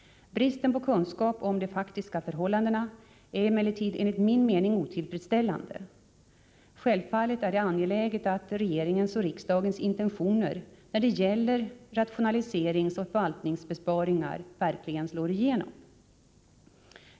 Bristen på kunskap om de faktiska förhållandena är emellertid enligt min mening otillfredsställande. Självfallet är det angeläget att regeringens och riksdagens intentioner när det gäller rationaliseringsoch förvaltningsbesparingar verkligen slår igenom.